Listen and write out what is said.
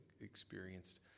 experienced